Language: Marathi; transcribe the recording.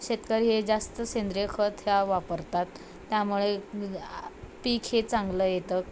शेतकरी हे जास्त सेंद्रिय खत ह्या वापरतात त्यामुळे आ पीक हे चांगलं येतं